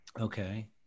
okay